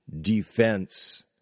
defense